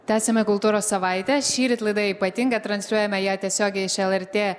tęsiame kultūros savaitę šįryt laida ypatinga transliuojame ją tiesiogiai iš lrt